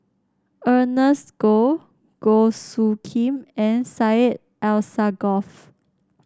Ernest Goh Goh Soo Khim and Syed Alsagoff